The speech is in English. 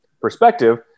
perspective